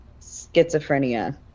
Schizophrenia